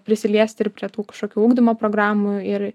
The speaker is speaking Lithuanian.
prisiliesti ir prie tų kažkokių ugdymo programų ir